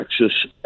Texas